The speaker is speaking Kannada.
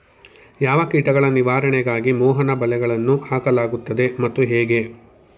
ಯಾವ ಕೀಟಗಳ ನಿವಾರಣೆಗಾಗಿ ಮೋಹನ ಬಲೆಗಳನ್ನು ಹಾಕಲಾಗುತ್ತದೆ ಮತ್ತು ಹೇಗೆ?